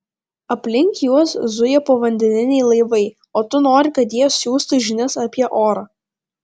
aplink juos zuja povandeniniai laivai o tu nori kad jie siųstų žinias apie orą